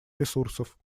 ресурсов